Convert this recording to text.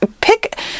pick